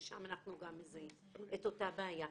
ששם אנחנו גם מזהים את אותה בעיה.